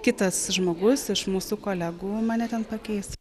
kitas žmogus iš mūsų kolegų mane ten pakeis